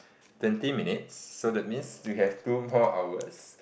twenty minutes so that means we have two more hours